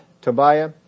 Tobiah